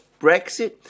brexit